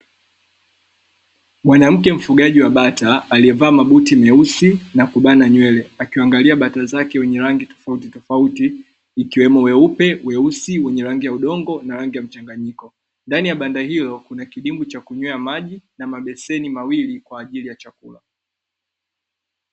Mwanamke mfugaji wa bata aliyevaa mabuti meusi na kubana nywele, akiwaangalia bata zake wenye rangi tofauti tofauti ikiwemo weupe, weusi, wenye rangi ya udongo, na rangi ya mchanganyiko. Ndani ya banda hilo kuna kidimbwi cha kunywea maji na mabeseni mawili kwaajili ya chakula.